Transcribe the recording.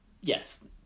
yes